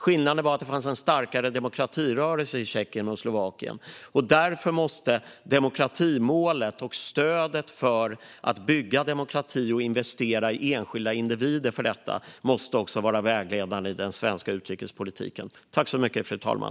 Skillnaden var att det fanns en starkare demokratirörelse i Tjeckien och Slovakien. Därför måste demokratimålet och stödet för att bygga demokrati och för att investera i enskilda individer för detta vara vägledande i den svenska utrikespolitiken.